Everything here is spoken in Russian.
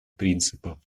принципов